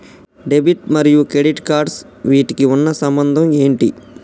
Debit మరియు credit cards వీటికి ఉన్న సంబంధం ఏంటి?